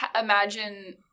imagine